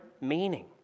meaning